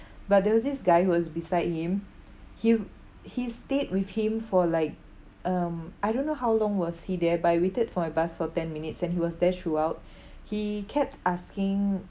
but there was this guy who was beside him he he stayed with him for like um I don't know how long was he there but I waited for my bus for ten minutes and he was there throughout he kept asking